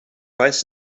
weiß